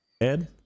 Ed